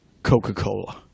coca-cola